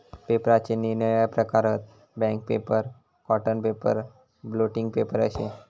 पेपराचे निरनिराळे प्रकार हत, bank paper, cotton paper, blotting paper अशे